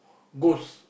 ghost